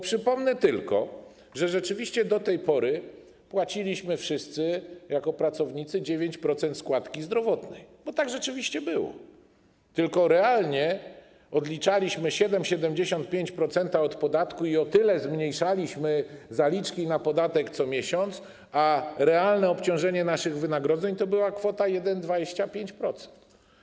Przypomnę tylko, że do tej pory płaciliśmy wszyscy jako pracownicy 9% składki zdrowotnej, tak rzeczywiście było, ale realnie odliczaliśmy 7,75% od podatku i o tyle zmniejszaliśmy zaliczki na podatek co miesiąc, a realne obciążenie naszych wynagrodzeń to była wielkość 1,25%.